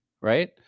right